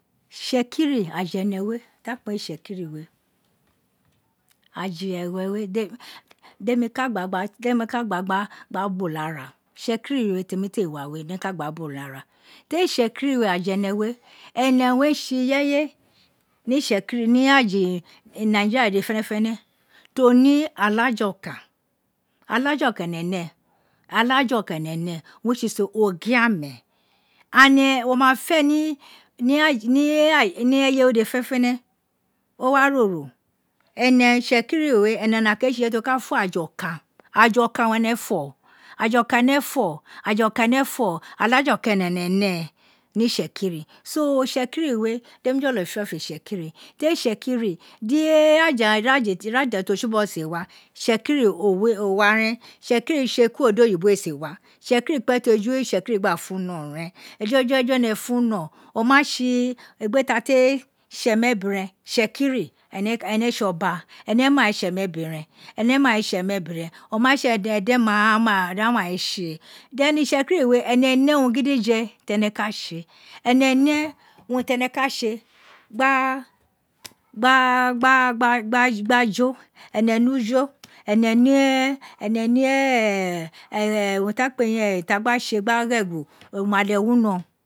Itsekiri aja ene we ti a kpe wun itsekiri we aja ene we demi ka gba, demi ka gba gbi bula ra, itsekiri temi te wa use demi ka gba gba bulara teri itsekiri aja ene we ene re tse irefe ni itse biri nj aja inajiria dede jene fene to ne alaja oka, alaja okan owun ene ne alaja oku ene ne owun re tse ogiame and wo ma fe ni eye we dede fenefene o wa roro ene itsekiri ne ene re tse irefe to ka fo aja oka, ajaa okin owun ene fo aja okom ene fo aju oka ene fo, alaja oku owun ene ne ni itsekin so itsekiri tan itsekiri di ir aja irafa fo tsibogho de si wa, itsekiri o waren, itsekiri tse kuro di oyibo ee si wa itsèku kpe ti ejo itsekiri gba ti ejo itsekiri gba funo ren eja eju ene funo, o ma tse egbe ta te tse emebiren itsekiri ene e tse oba ene mai tse emebiren ene mai tse emebiren, o ma tse edena o aghan mai tse, then ene itsekiri we ene ne urun gi dije ti ene ka tse, ene ne une tene ka tse gba jo, ene ne ujo ene ne urun ti a ka tse gba ghegho umale wino